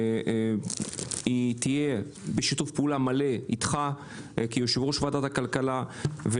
והיא תהיה בשיתוף פעולה מלא איתך כיושב-ראש ועדת הכלכלה.